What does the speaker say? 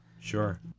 Sure